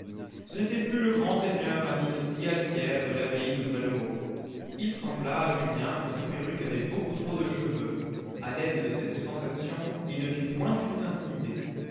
ce n'était plus le grand seigneur à mine si altière de l'abbaye de bray le haut il sembla à julien que sa perruque avait beaucoup trop de cheveux a l'aide de cette sensation il ne fut point du tout intimidé